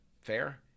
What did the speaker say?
Fair